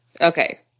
Okay